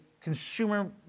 consumer